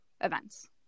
events